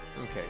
Okay